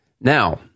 Now